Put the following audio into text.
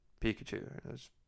Pikachu